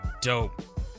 dope